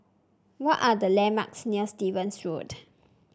what are the landmarks near Stevens Road